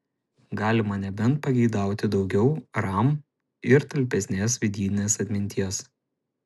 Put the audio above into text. galima nebent pageidauti daugiau ram ir talpesnės vidinės atminties